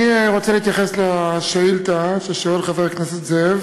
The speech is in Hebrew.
אני רוצה להתייחס לשאילתה ששואל חבר הכנסת זאב